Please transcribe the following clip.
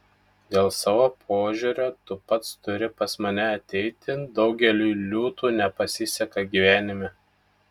dėl savo požiūrio tu pats turi pas mane ateiti daugeliui liūtų nepasiseka gyvenime